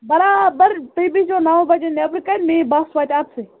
برابر تُہۍ بِہزیو نَو بَجے نٮ۪برٕ کَنۍ میٛٲنۍ بَس واتہِ اَتِتھٕے